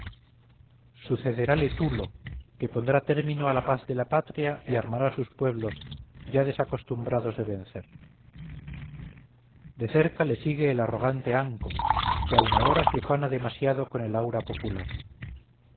imperio sucederale tulo que pondrá término a la paz de la patria y armará a sus pueblos ya desacostumbrados de vencer de cerca le sigue el arrogante anco que aun ahora se ufana demasiado con el aura popular